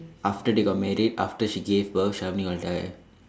after they got married after she gave birth Shamini will die